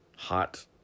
Hot